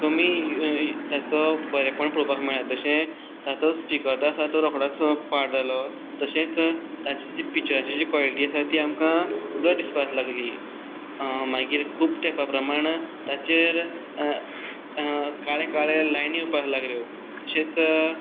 कमी ताचो बरेपण पळोवपाक मेळ्ळे जशें ताचो स्पिकर आसा तो रोखडोच पाड जालो तशेंच ताची जी पिच्चराची जी कॉलीटी आसा ती आमकां ब्लर दिसपा लागली मागीर खूब तेपा प्रमाण ताचेर काळे काळे लायन येवपा लागल्यो तशेंच